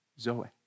Zoe